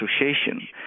association